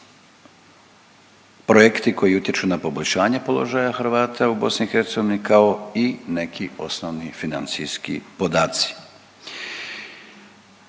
projekti koji utječu na poboljšanje položaja Hrvata u BiH, kao i neki osnovni financijski podaci.